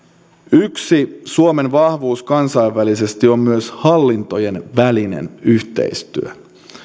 yksi suomen vahvuus kansainvälisesti on hallintojen välinen yhteistyö